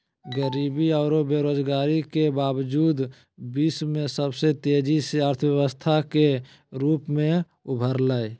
गरीबी औरो बेरोजगारी के बावजूद विश्व में सबसे तेजी से अर्थव्यवस्था के रूप में उभरलय